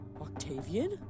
Octavian